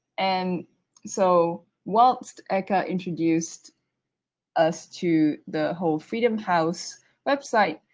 and so whilst eka introduced us to the whole freedom house website,